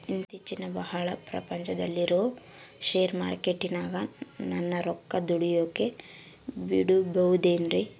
ಇತ್ತೇಚಿಗೆ ಬಹಳ ಪ್ರಚಾರದಲ್ಲಿರೋ ಶೇರ್ ಮಾರ್ಕೇಟಿನಾಗ ನನ್ನ ರೊಕ್ಕ ದುಡಿಯೋಕೆ ಬಿಡುಬಹುದೇನ್ರಿ?